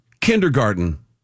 Kindergarten